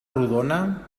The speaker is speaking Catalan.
rodona